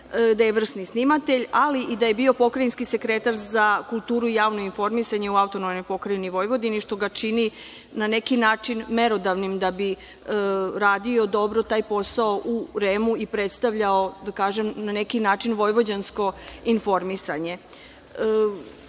da je vrsni snimatelj, ali i da je bio pokrajinski sekretar za kulturu i javno informisanje u AP Vojvodini, što ga čini na neki način merodavnim da bi radio dobro taj posao u REM-u i predstavljao na neki način vojvođansko informisanje. Podržaću